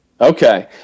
Okay